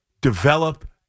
Develop